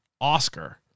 Oscar